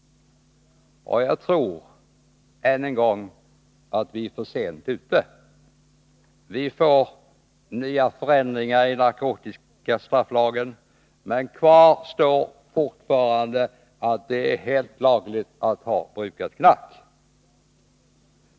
Jag tror att vi än en gång är för sent ute. Vi får nya förändringar i narkotikastrafflagen. Men kvar står att det fortfarande är helt lagligt att ha brukat knark.